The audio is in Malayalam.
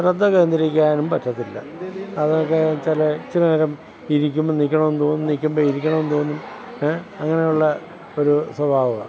ശ്രദ്ധ കേന്ദ്രീകരിക്കാനും പറ്റത്തില്ല അതൊക്കെ ചില ഇച്ചിരി നേരം ഇരിക്കുമ്പം നിൽണമെന്ന് തോന്നും നിൽക്കുമ്പം ഇരിക്കണമെന്ന് തോന്നും അങ്ങനെയുള്ള ഒരു സ്വഭാവമാണ്